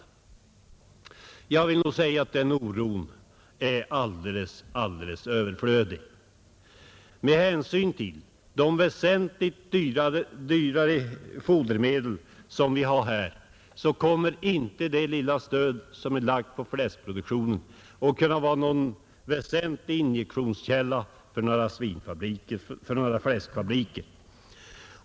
Jag vill nog säga att den oron är alldeles överflödig. Med hänsyn till de väsentligt dyrare fodermedel som vi har där kommer inte det lilla stöd som är lagt på fläskproduktionen att kunna vara någon väsentlig injektion för fläskfabriker.